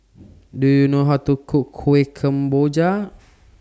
Do YOU know How to Cook Kuih Kemboja